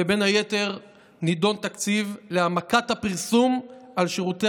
ובין היתר נדון בתקציב להעמקת הפרסום על שירותי